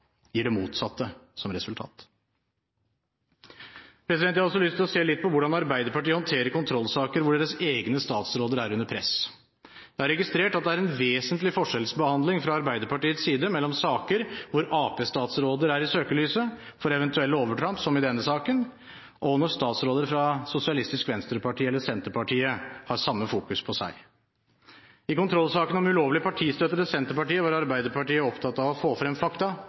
gir det motsatte som resultat. Jeg har også lyst til å se litt på hvordan Arbeiderpartiet håndterer kontrollsaker hvor deres egne statsråder er under press. Jeg har registrert at det er en vesentlig forskjellsbehandling fra Arbeiderpartiets side i saker hvor arbeiderpartistatsråder er i søkelyset for eventuelle overtramp, som i denne saken, og når statsråder fra Sosialistisk Venstreparti eller Senterpartiet har samme fokus på seg: I kontrollsaken om ulovlig partistøtte til Senterpartiet var Arbeiderpartiet opptatt av å få frem fakta